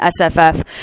SFF